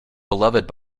beloved